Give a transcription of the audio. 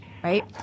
Right